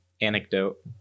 Anecdote